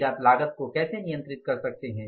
फिर आप लागत को कैसे नियंत्रित कर सकते हैं